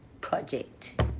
project